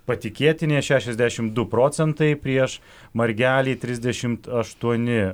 patikėtinė šešiasdešimt du procentai prieš margelį trisdešimt aštuoni